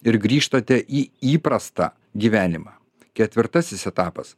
ir grįžtate į įprastą gyvenimą ketvirtasis etapas